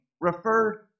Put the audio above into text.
referred